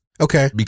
Okay